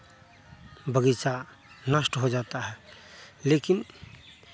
बगीचा नष्ट हो जाता है लेकिन